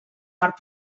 part